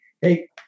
hey